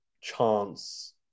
chance